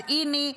אז הינה,